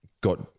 Got